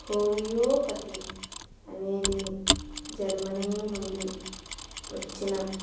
homeopathy అనేది Germany నుండి వచ్చిన